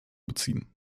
beziehen